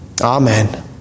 Amen